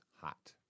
hot